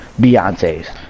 Beyonce's